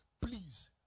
Please